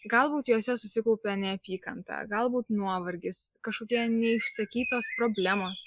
galbūt juose susikaupia neapykanta galbūt nuovargis kažkokie ne išsakytos problemos